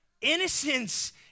Innocence